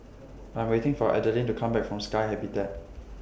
I'm waiting For Adaline to Come Back from Sky Habitat